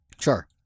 Sure